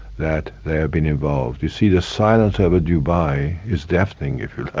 that they've been involved. you see the silence over dubai is deafening, if you ah